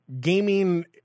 gaming